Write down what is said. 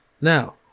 Now